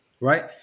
right